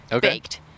baked